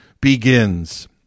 begins